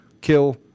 kill